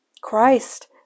christ